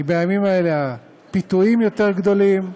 כי בימים האלה הפיתויים יותר גדולים,